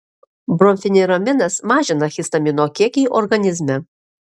bromfeniraminas mažina histamino kiekį organizme